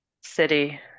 city